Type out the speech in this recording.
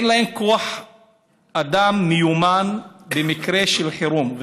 אין להם כוח אדם מיומן למקרה של חירום.